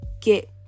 get